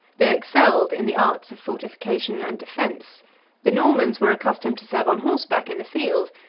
they excelled in the arts of fortification and defence the normans were accustomed to serve on horseback in the field,